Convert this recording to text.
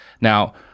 Now